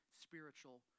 spiritual